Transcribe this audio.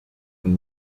and